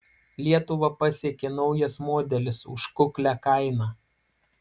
lietuvą pasiekė naujas modelis už kuklią kainą